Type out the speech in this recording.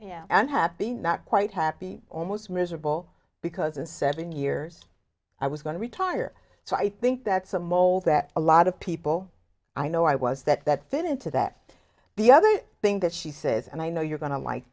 yeah and happy not quite happy almost miserable because in seven years i was going to retire so i think that's a mold that a lot of people i know i was that that fit into that the other thing that she says and i know you're going to like